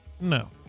No